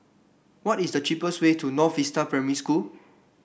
what is the cheapest way to North Vista Primary School